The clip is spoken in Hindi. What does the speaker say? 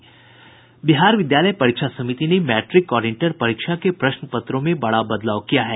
बिहार विद्यालय परीक्षा समिति ने मैट्रिक और इंटर परीक्षा के प्रश्न पत्रों में बड़ा बदलाव किया है